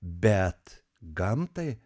bet gamtai